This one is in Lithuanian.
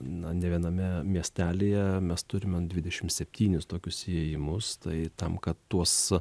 na ne viename miestelyje mes turime dvidešimt septynis tokius įėjimus tai tam kad tuos